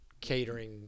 catering